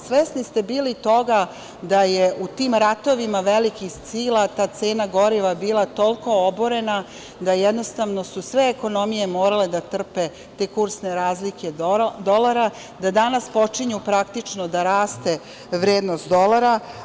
Svesni ste bili toga da je u tim ratovima velikih sila ta cena goriva bila toliko oborena da su jednostavno sve ekonomije morale da trpe te kursne razlike dolara, da danas počinje praktično da raste vrednost dolara.